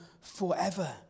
forever